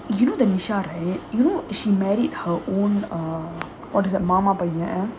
you know the nisha right you know she married her own uh what is that மாமா பையன்:mama paiyan